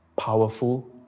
powerful